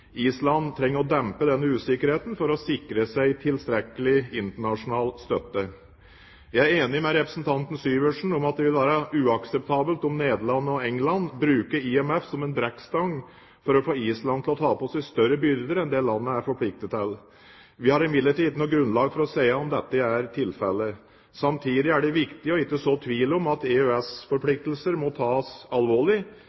Island trenger å dempe den usikkerheten for å sikre seg tilstrekkelig internasjonal støtte. Jeg er enig med representanten Syversen i at det vil være uakseptabelt om Nederland og Storbritannia bruker IMF som en brekkstang for å få Island til å påta seg større byrder enn det landet er forpliktet til. Vi har imidlertid ikke noe grunnlag for å si om dette er tilfellet. Samtidig er det viktig ikke å så tvil om at